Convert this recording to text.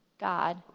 God